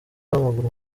w’amaguru